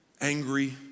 angry